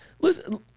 Listen